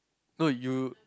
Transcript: no you